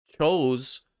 chose